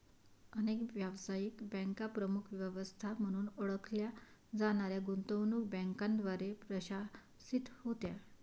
अनेक व्यावसायिक बँका प्रमुख व्यवस्था म्हणून ओळखल्या जाणाऱ्या गुंतवणूक बँकांद्वारे प्रशासित होत्या